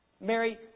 Mary